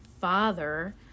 father